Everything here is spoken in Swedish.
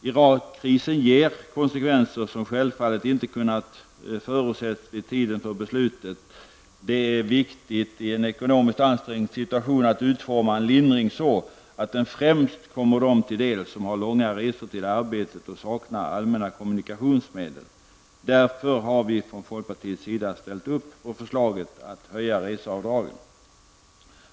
Irakkrisen ger konsekvenser som självfallet inte kunde förutses vid tiden för beslutet. Det är viktigt i en ekonomiskt ansträngd situation att utforma en lindring så, att den främst kommer dem till del som har långa resor till arbetet och saknar allmänna kommunikationsmedel. Därför har vi från folkpartiets sida ställt upp på förslaget om höjda reseavdrag.